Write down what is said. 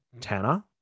Tanner